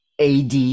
ad